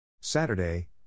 Saturday